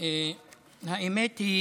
האמת היא